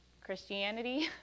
Christianity